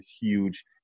huge